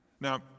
Now